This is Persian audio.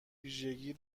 ویژگی